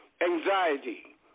anxiety